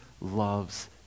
loves